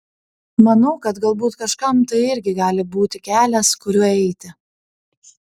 manau kad galbūt kažkam tai irgi gali būti kelias kuriuo eiti